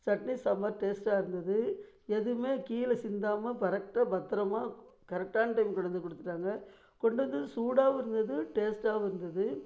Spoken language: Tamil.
சட்னி சாம்பார் டேஸ்டாக இருந்தது எதுவுமே கீழே சிந்தாமல் கரெக்டாக பத்திரமா கரெக்டான டைமுக்கு கொண்டு வந்து கொடுத்துட்டாங்க கொண்டு வந்து சூடாகவும் இருந்தது டேஸ்டாகவும் இருந்தது